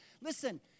Listen